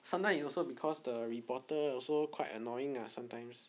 sometimes it's also because the reporter also quite annoying uh sometimes